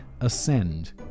ascend